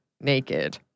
naked